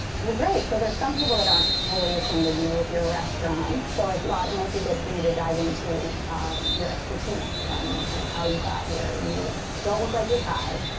well, great. so there are some people that aren't fully acquainted, maybe, with your restaurants, so i thought it might be good for you to dive into your expertise and kind of how you got here. you don't look like you're thai.